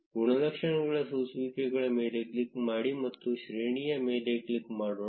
ಗುಣಲಕ್ಷಣಗಳ ಸೋಸುವಿಕೆಗಳ ಮೇಲೆ ಕ್ಲಿಕ್ ಮಾಡಿ ಮತ್ತು ಶ್ರೇಣಿಯ ಮೇಲೆ ಕ್ಲಿಕ್ ಮಾಡೋಣ